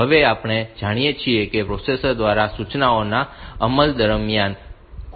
હવે આપણે જાણીએ છીએ કે પ્રોસેસર દ્વારા સૂચનાઓના અમલ દરમિયાન કોઈપણ સમયે વિક્ષેપો આવી શકે છે